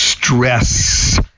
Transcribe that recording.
Stress